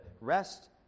rest